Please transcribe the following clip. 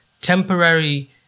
Temporary